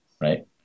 right